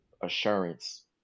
assurance